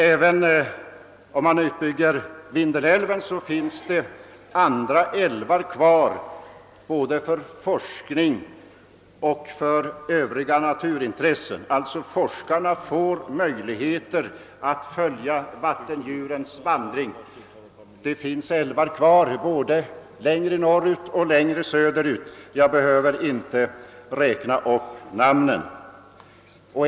Även om Vindelälven utbyggs finns andra älvar kvar både för forskning och övriga naturintressen. Forskarna får således möjligheter att följa vattendjurens vandring, ty det finns outbyggda älvar kvar både längre norr ut och längre söder ut, som jag inte behöver räkna upp namnen på.